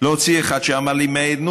להוציא אחד שאמר לי: מאיר,